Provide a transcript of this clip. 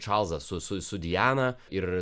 čarlzas su su su diana ir